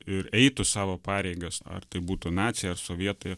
ir eitų savo pareigas ar tai būtų nacija sovietai